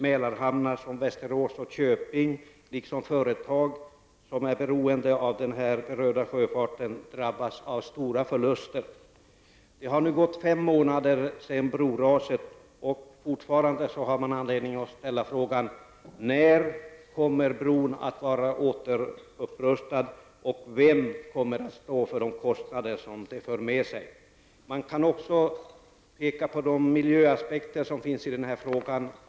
Mälarhamnar som Västerås och Köping, liksom företag som är beroende av den här berörda sjöfarten, drabbas av stora förluster. Det har nu gått fem månader sedan broraset inträffade, och fortfarande har man anledning att ställa frågan: När kommer bron att vara återupprustad, och vem kommer att stå för de kostnader detta för med sig? Man kan också peka på de miljöaspekter som finns i denna fråga.